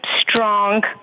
strong